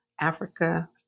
Africa